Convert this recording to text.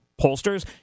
pollsters